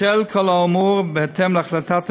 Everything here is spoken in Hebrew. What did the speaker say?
בשל כל האמור, ובהתאם להחלטת הממשלה,